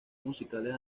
musicales